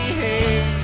hey